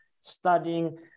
studying